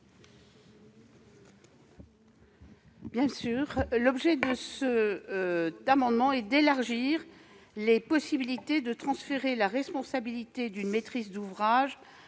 n° 1679. L'objet de cet amendement est d'élargir la possibilité de transférer la responsabilité d'une maîtrise d'ouvrage